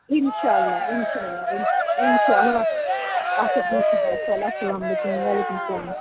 اِنشاء اللہ اِنشاء اللہ اِنشاء اللہ اِنشاء اللہ اَدٕ سا بِہِو خۄدایَس حَوال اَسَلام علیکُم وَعلیکُم سَلام